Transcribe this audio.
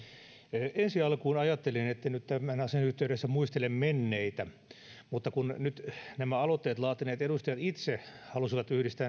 ensi alkuun ajattelin etten nyt tämän asian yhteydessä muistele menneitä mutta kun nyt nämä aloitteet laatineet edustajat itse halusivat yhdistää